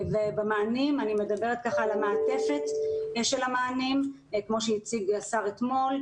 במענים אני מדברת על המעטפת של המענים כמו שהציג השר אתמול,